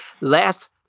Last